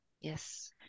Yes